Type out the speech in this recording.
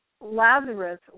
Lazarus